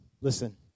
Listen